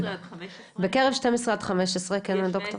בקרב 12 עד 15, כן ד"ר.